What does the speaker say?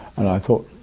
and i thought,